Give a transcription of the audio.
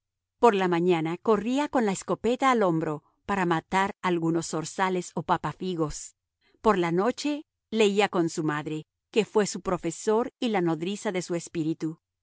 por la mañana corría con la escopeta al hombro para matar algunos zorzales o papafigos por la noche leía con su madre que fue su profesor y la nodriza de su espíritu